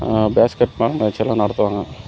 basket பால் match எல்லாம் நடத்துவாங்க